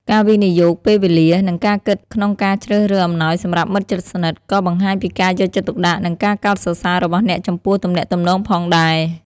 ការវិនិយោគពេលវេលា និងការគិតក្នុងការជ្រើសរើសអំណោយសម្រាប់មិត្តជិតស្និទ្ធ ក៏បង្ហាញពីការយកចិត្តទុកដាក់ និងការកោតសរសើររបស់អ្នកចំពោះទំនាក់ទំនងផងដែរ។